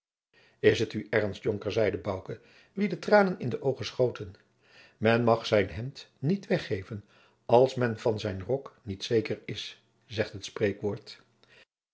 is het u ernst jonker zeide bouke wien de tranen in de oogen schoten men mach zijn hembd niet weggeven als men van zijn rok niet zeker is zegt het spreekwoord